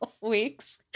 weeks